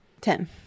Ten